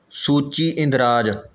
ਸੂਚੀ ਇੰਦਰਾਜ